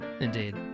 Indeed